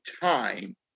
time